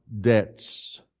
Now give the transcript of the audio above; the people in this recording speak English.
debts